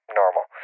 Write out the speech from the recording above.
normal